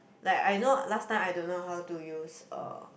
like I know last time I don't how to use um